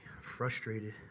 frustrated